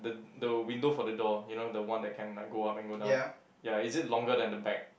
the the window for the door you know the one that one like go up and go down ya is it longer than the bag